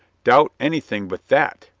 doubt anything but that!